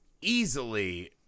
easily